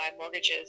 mortgages